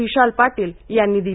विशाल पाटील यांनी दिली